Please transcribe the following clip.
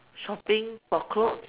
shopping for clothes